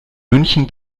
münchen